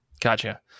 Gotcha